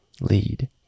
lead